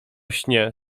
śnie